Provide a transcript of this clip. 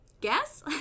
guess